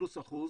פלוס אחוז